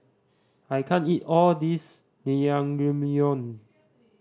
I can't eat all this Naengmyeon